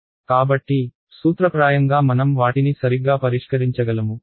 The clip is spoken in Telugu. కాబట్టి సూత్రప్రాయంగా మనం వాటిని సరిగ్గా పరిష్కరించగలము